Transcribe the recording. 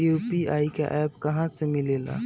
UPI का app कहा से मिलेला?